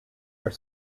are